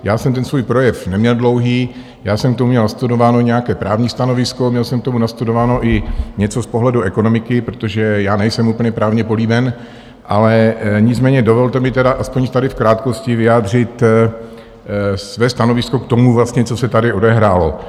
Já jsem ten svůj projev neměl dlouhý, já jsem k tomu měl nastudováno nějaké právní stanovisko, měl jsem k tomu nastudováno i něco z pohledu ekonomiky, protože nejsem úplně právně políben, ale nicméně dovolte mi tedy aspoň tady v krátkosti vyjádřit své stanovisko k tomu vlastně, co se tady odehrálo.